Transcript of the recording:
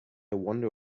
wonder